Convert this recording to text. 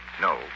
No